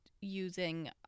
using